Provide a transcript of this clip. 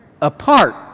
apart